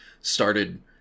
started